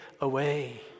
away